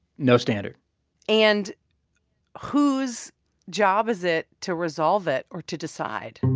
no standard and whose job is it to resolve it or to decide?